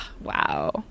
wow